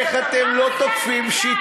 רק בגלל, אתה לא, איך אתם לא תוקפים שיטה,